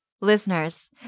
Listeners